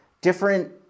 different